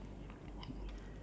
white colour yes